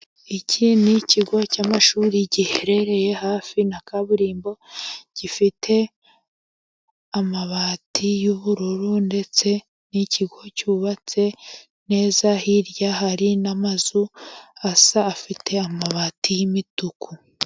Iki ni ikigo cy'amashuri giherereye hafi na kaburimbo, gifite amabati y'ubururu ndetse n'ikigo cyubatse neza, hirya hari n'amazu asa afite amabati y'imituku.